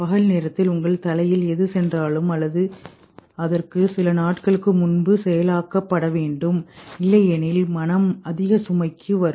பகல் நேரத்தில் உங்கள் தலையில் எது சென்றாலும் அல்லது அதற்கு சில நாட்களுக்கு முன்பே செயலாக்கப்பட வேண்டும் இல்லையெனில் மனம் அதிக சுமைக்கு வரும்